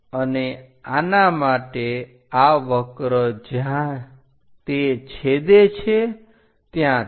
અને આના માટે આ વક્ર જ્યાં તે છેદે છે ત્યાં છે